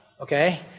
okay